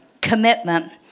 commitment